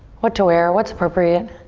what to wear, what's appropriate,